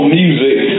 music